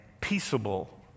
peaceable